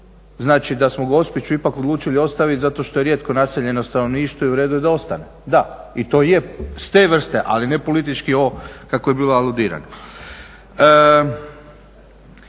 Znači da smo Gospiću ipak odlučili ostaviti zato jer je rijetko naseljeno stanovništvo i u redu je da ostane, da i to je s te vrste, ali ne politički kako je bilo aludirano.